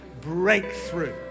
breakthrough